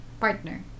partner